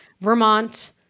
Vermont